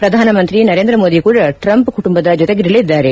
ಪ್ರಧಾನಮಂತ್ರಿ ನರೇಂದ್ರ ಮೋದಿ ಕೂಡ ಟ್ರಂಪ್ ಕುಟುಂಬದ ಜೊತೆಗಿರಲಿದ್ದಾರೆ